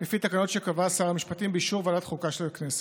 לפי תקנות שקבע שר המשפטים באישור ועדת החוקה של הכנסת.